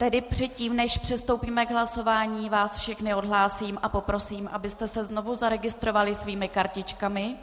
Tedy předtím, než přistoupíme k hlasování, vás všechny odhlásím a poprosím, abyste se znovu zaregistrovali svými kartičkami.